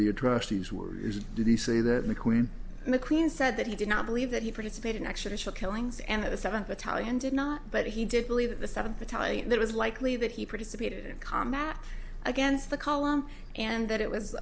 say the mcqueen said that he did not believe that he participated in actually szell killings and that the seven battalion did not but he did believe that the seven fatalities there was likely that he participated in combat against the column and that it was